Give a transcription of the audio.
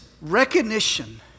recognition